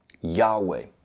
Yahweh